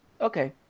Okay